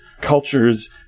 cultures